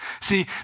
See